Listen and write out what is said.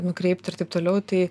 nukreipti ir taip toliau tai